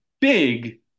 big